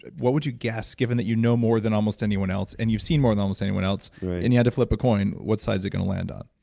what would you guess, given that you know more than almost anyone else and you've seen more than almost anyone else and you had to flip a coin, what side is it gonna land on?